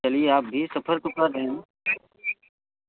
चलिए आप भी सफ़र तो कर रहे हैं